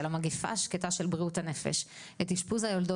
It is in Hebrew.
של המגיפה השקטה של בריאות הנפש את אשפוז היולדות